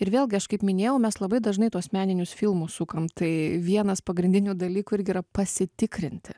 ir vėlgi aš kaip minėjau mes labai dažnai tuos meninius filmus sukam tai vienas pagrindinių dalykų irgi yra pasitikrinti